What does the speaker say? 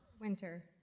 Winter